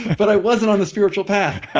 but i wasn't on the spiritual path.